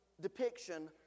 depiction